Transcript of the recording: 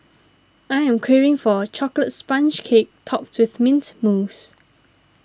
I am craving for a Chocolate Sponge Cake Topped with Mint Mousse